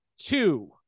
two